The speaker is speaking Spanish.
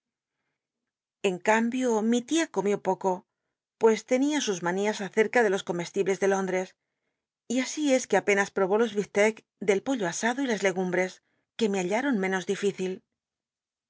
en cambio mi tia comió poco pues tenia sus manías ac'erca de lo comeslíij cs de lóndres y así es que apenas prohó del bifteck del pollo asado y las legumbres que me habla menos dificil